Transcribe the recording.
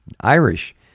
Irish